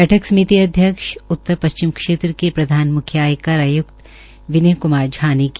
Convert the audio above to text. बैठक समिति अध्यक्ष उत्तर पश्चिम के प्रधान मुख्य आयकर आयक्त श्री विनय कुमार झा ने की